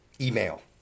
Email